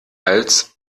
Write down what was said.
als